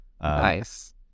nice